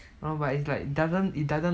no but it's like it doesn't it doesn't